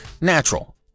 natural